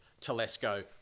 Telesco